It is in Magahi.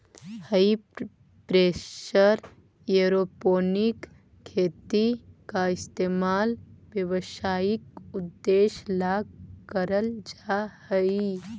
हाई प्रेशर एयरोपोनिक खेती का इस्तेमाल व्यावसायिक उद्देश्य ला करल जा हई